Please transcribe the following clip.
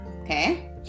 okay